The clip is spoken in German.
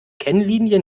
kennlinie